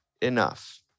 enough